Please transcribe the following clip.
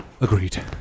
Agreed